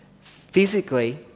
physically